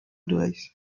durch